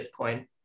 Bitcoin